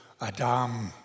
Adam